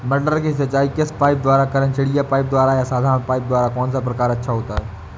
मटर की सिंचाई किस पाइप द्वारा करें चिड़िया पाइप द्वारा या साधारण पाइप द्वारा कौन सा प्रकार अच्छा होता है?